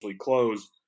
close